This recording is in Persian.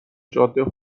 جاده